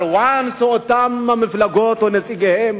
אבל ברגע שאותן המפלגות או נציגיהן